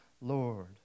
Lord